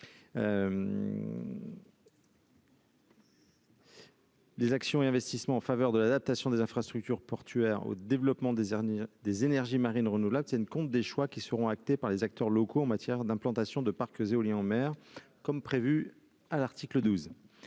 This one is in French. Des actions et investissements en faveur de l'adaptation des infrastructures portuaires au développement des derniers des énergies marines renouvelables c'est une compte des choix qui seront actés par les acteurs locaux en matière d'implantation de parcs éoliens en mer comme prévu à l'article 12